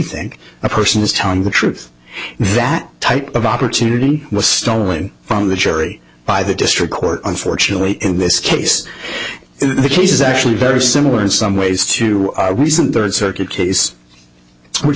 think a person is telling the truth that type of opportunity was stolen from the jury by the district court unfortunately in this case the case is actually very similar in some ways to recent third circuit case which